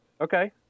Okay